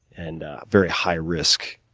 and, a very high risk